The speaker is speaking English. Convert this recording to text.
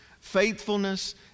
faithfulness